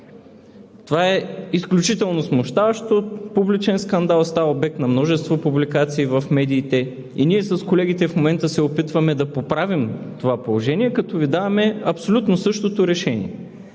Това е изключително смущаващо, публичен скандал, става обект на множество публикации в медиите. Ние с колегите в момента се опитваме да поправим това положение, като Ви даваме абсолютно същото решение.